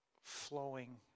flowing